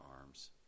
arms